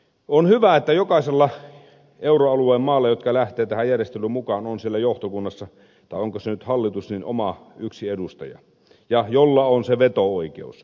on hyvä että jokaisella euroalueen maalla joka lähtee tähän järjestelyyn mukaan on siellä johtokunnassa tai onko se nyt hallitus yksi edustaja jolla on se veto oikeus